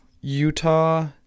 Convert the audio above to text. Utah